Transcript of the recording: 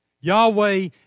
Yahweh